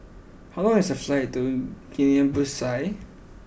how long is the flight to Guinea Bissau